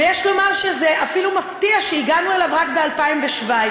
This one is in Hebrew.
ויש לומר שזה אפילו מפתיע שהגענו אליו רק ב-2017.